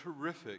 terrific